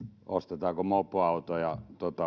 ostetaanko mopoautoja